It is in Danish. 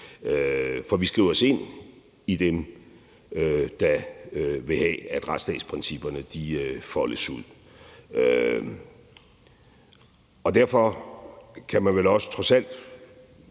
For vi skriver os ind i dem, der vil have, at retsstatsprincipperne folder sig ud. Derfor kan man vel også trods alt